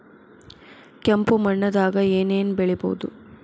ಕೆಂಪು ಮಣ್ಣದಾಗ ಏನ್ ಏನ್ ಬೆಳಿಬೊದು?